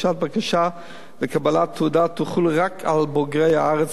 לקבלת תעודה תחול רק על בוגרי הארץ בעלי תואר אקדמי